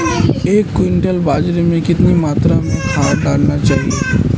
एक क्विंटल बाजरे में कितनी मात्रा में खाद डालनी चाहिए?